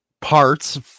parts